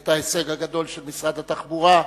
את ההישג הגדול של משרד התחבורה,